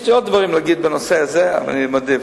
יש לי עוד דברים להגיד בנושא הזה, אבל אני מעדיף,